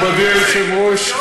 אדוני היושב-ראש,